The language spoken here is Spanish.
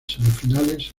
semifinales